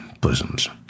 bosoms